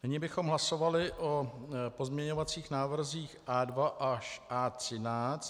Nyní bychom hlasovali o pozměňovacích návrzích A2 až A13.